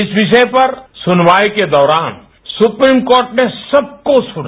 इस विषय पर सुनवाई के दौरान सुप्रीम कोर्ट ने सबको सुना